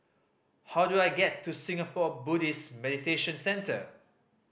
how do I get to Singapore Buddhist Meditation Centre